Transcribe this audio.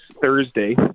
Thursday